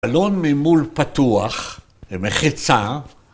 ‫גלון מימול פתוח ומחיצה.